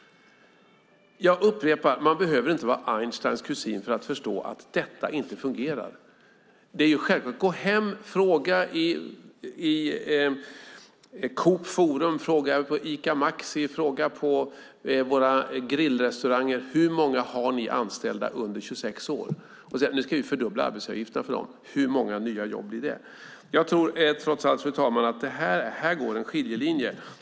Jag upprepar: Man behöver inte vara Einsteins kusin för att förstå att detta inte fungerar. Det är självklart. Fråga på Coop Forum, Ica Maxi eller våra grillrestauranger hur många anställda de har som är under 26 år. Säg sedan: Nu ska vi fördubbla arbetsavgiften för dem. Hur många nya jobb ger det? Här går en skiljelinje.